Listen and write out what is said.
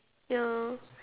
ya